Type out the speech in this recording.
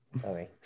Sorry